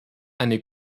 eine